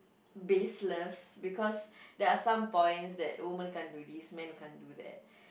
baseless because they are some points that women can't do this men can't do that